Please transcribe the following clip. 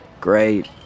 Great